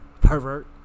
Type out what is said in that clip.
pervert